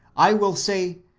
i will say.